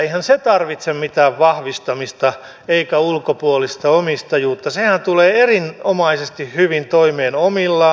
eihän se tarvitse mitään vahvistamista eikä ulkopuolista omistajuutta sehän tulee erinomaisen hyvin toimeen omillaan